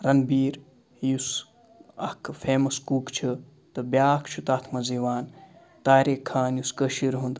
رَنبیٖر یُس اَکھ famous cook چھُ تہٕ بیاکھ چھُ تَتھ منٛز یِوان طاریق خان یُس کٔشیٖرِ ہُنٛد